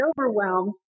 overwhelmed